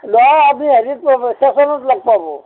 নহয় আপুনি হেৰি কৰিব ষ্টেশ্যনত লগ পাব